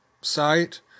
site